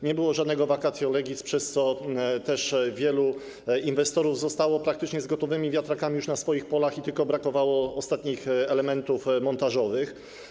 Nie było żadnego vacatio legis, przez co też wielu inwestorów zostało praktycznie z gotowymi wiatrakami już na swoich polach, brakowało tylko ostatnich elementów montażowych.